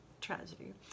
Tragedy